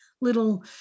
little